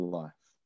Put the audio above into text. life